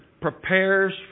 prepares